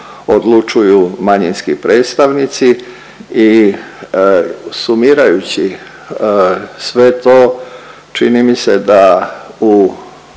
odlučuju manjinski predstavnici i sumirajući sve to čini mi se da u,